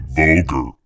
vulgar